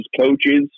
coaches